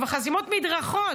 וכבר חסימות מדרכות,